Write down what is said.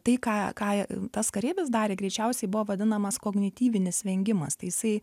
tai ką ką tas kareivis darė greičiausiai buvo vadinamas kognityvinis vengimas tai jisai